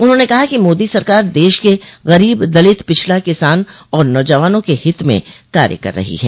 उन्होंने कहा कि मोदी सरकार देश क गरीब दलित पिछड़ा किसान और नौजवानों के हित में कार्य कर रही है